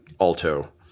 Alto